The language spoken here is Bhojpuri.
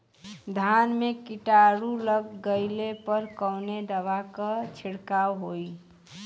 धान में कीटाणु लग गईले पर कवने दवा क छिड़काव होई?